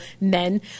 men